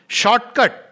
shortcut